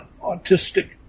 autistic